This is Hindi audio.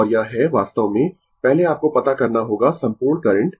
और यह है वास्तव में पहले आपको पता करना होगा संपूर्ण करंट